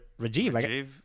Rajiv